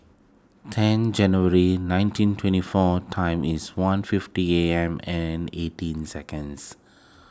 ten January nineteen twenty four time is one fifty A M and eighteen seconds